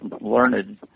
Learned